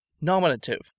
nominative